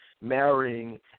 marrying